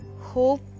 Hope